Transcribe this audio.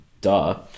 Duh